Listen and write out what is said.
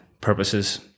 purposes